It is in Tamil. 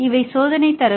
இவை சோதனை தரவு